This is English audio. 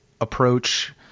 approach